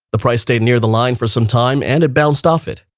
the price stayed near the line for some time and it bounced off it.